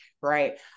right